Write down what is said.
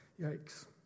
Yikes